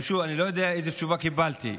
אני לא יודע איזה תשובה קיבלתי.